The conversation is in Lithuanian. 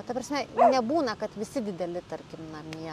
ta prasme nebūna kad visi dideli tarkim namie